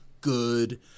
good